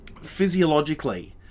physiologically